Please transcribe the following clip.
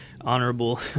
honorable